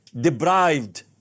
deprived